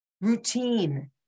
routine